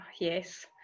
Yes